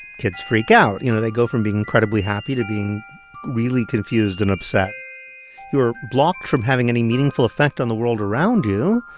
kids freak out. you know, they go from being incredibly happy to being really confused and upset. if you are blocked from having any meaningful effect on the world around you,